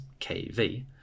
KV